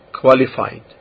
qualified